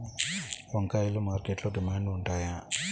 వంకాయలు మార్కెట్లో డిమాండ్ ఉంటాయా?